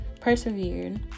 persevered